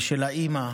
ושל האימא,